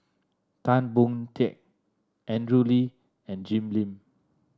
Tan Boon Teik Andrew Lee and Jim Lim